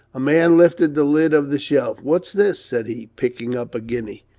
a man lifted the lid of the shelf. what's this? said he, picking up a guinea.